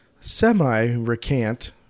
semi-recant